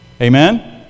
Amen